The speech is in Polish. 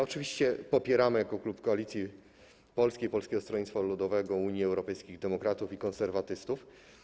Oczywiście popieramy to jako klub Koalicji Polskiej - Polskiego Stronnictwa Ludowego - Unii Europejskich Demokratów i Konserwatystów.